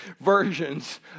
versions